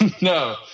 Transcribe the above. No